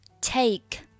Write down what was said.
Take